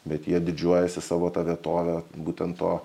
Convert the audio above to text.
bet jie didžiuojasi savo ta vietove būtent tuo